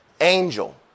angel